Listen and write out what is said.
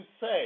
say